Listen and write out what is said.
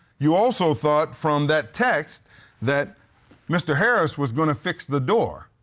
you also thought from that text that mr. harris was going to fix the door.